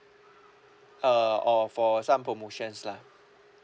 uh or for some promotions lah